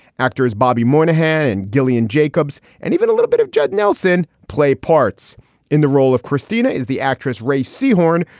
actors bobby moynihan, and gillian jacobs and even a little bit of judd nelson play parts in the role of christina is the actress rae c. horne,